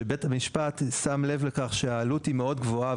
כשבית המשפט שם לב לכך שהעלות היא מאוד גבוהה,